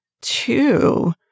two